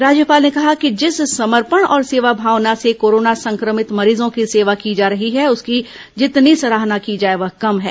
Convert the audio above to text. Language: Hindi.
राज्यपाल ने कहा कि जिस समर्पण और सेवा भावना से कोरोना संक्रमित मरीजों की सेवा की जा रही है उसकी जितनी सराहना की जाए वह कम है